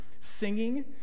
singing